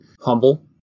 humble